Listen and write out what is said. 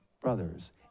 brothers